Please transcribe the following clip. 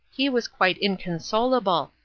he was quite inconsolable,